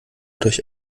durch